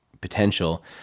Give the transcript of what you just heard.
potential